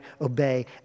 obey